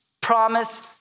promise